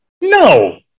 No